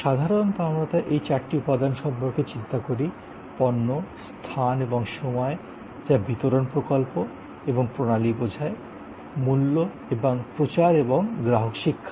যে সাধারণত আমরা এই চারটি উপাদান সম্পর্কে চিন্তা করি পণ্য স্থান এবং সময় যা বিতরণ প্রকল্প এবং প্রণালী বোঝায় মূল্য এবং প্রচার এবং গ্রাহক শিক্ষা